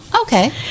Okay